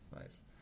Nice